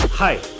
Hi